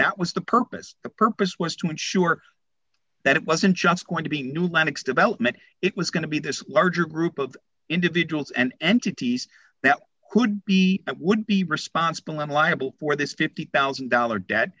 that was the purpose the purpose was to ensure that it wasn't just going to be gnu linux development it was going to be this larger group of individuals and entities that could be that would be responsible and liable for this fifty thousand dollars debt